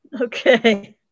Okay